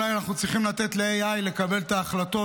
אולי אנחנו צריכים לתת ל-AI לקבל את ההחלטות,